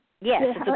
yes